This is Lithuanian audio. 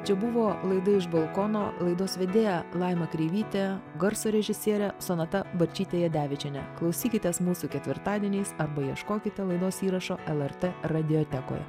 čia buvo laida iš balkono laidos vedėja laima kreivytė garso režisierė sonata balčytė jadevičienė klausykitės mūsų ketvirtadieniais arba ieškokite laidos įrašo lrt radiotekoj